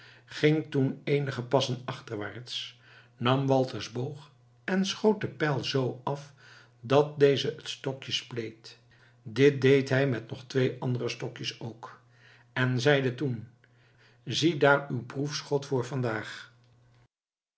ging toen eenige passen achterwaarts nam walters boog en schoot den pijl zoo af dat deze het stokje spleet dit deed hij met nog twee andere stokjes ook en zeide toen ziedaar uw proefschot voor vandaag